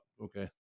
Okay